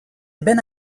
ben